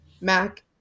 Mac